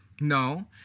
No